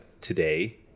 today